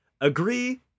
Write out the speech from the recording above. agree